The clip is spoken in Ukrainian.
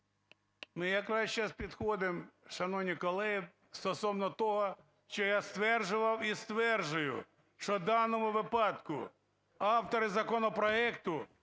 Ми якраз сейчас підходимо, шановні колеги, стосовно того, що я стверджував і стверджую, що в даному випадку автори законопроекту